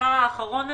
השכר האחרון שלו?